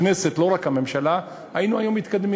הכנסת, לא רק הממשלה, היינו היום מתקדמים.